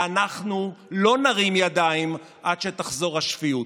ואנחנו לא נרים ידיים עד שתחזור השפיות.